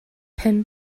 pum